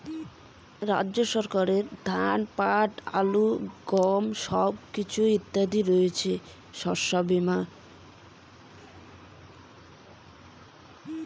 রাজ্য সরকারের কি কি শস্য বিমা রয়েছে?